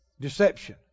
Deception